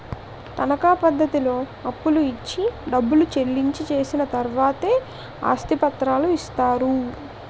తనకా పద్ధతిలో అప్పులు ఇచ్చి డబ్బు చెల్లించి చేసిన తర్వాతే ఆస్తి పత్రాలు ఇస్తారు